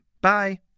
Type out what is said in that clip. Bye